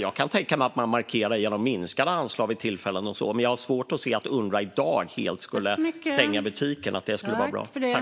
Jag kan tänka mig att man markerar genom minskade anslag vid vissa tillfällen, men jag har svårt att se att det skulle vara bra om Unrwa i dag helt skulle stänga butiken.